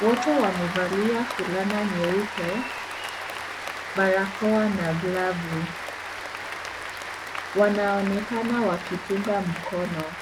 Wote wamevalia fulana nyeupe, barakoa na glavu. Wanaonekana wakipunga mkono.